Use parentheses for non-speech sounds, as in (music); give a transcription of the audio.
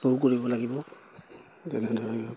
(unintelligible)